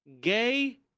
gay